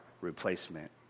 replacement